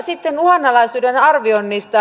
sitten uhanalaisuuden arvioinnista